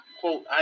quote